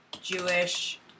Jewish